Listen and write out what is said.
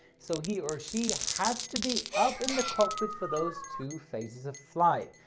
so he or she has to be up in the cockpit for those two phases of flight.